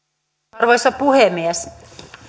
arvoisa puhemies